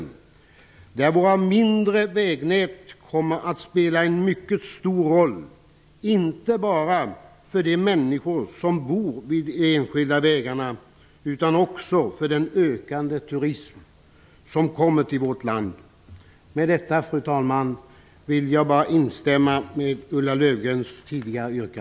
Då kommer våra mindre vägnät att spela en mycket stor roll inte bara för de människor som bor vid det enskilda vägarna utan också för den ökande turism som kommer till vårt land. Med detta, fru talman, vill jag instämma i Ulla